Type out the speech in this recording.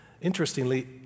interestingly